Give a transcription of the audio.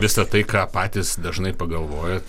visa tai ką patys dažnai pagalvojat